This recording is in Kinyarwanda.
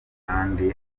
kandi